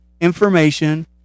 information